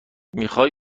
میخوای